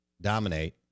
dominate